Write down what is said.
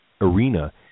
arena